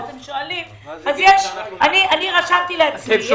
אני רשמתי לעצמי.